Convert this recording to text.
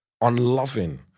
unloving